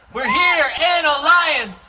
we're here in alliance,